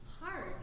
hard